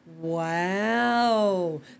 Wow